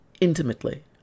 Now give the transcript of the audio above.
intimately